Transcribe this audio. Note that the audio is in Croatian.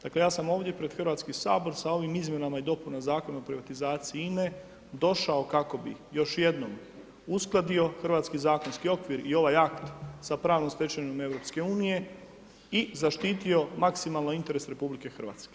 Dakle, ja sam ovdje pred Hrvatski sabor, sa ovim izmjenama i dopuna Zakona o privatizaciji INA-e došao kako bi još jednom uskladio hrvatski zakonski okvir i ovaj akt sa pravnom stečevinom EU i zaštitio maksimalno interes RH.